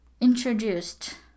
introduced